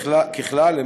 ככלל,